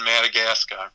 Madagascar